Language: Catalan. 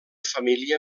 família